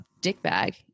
dickbag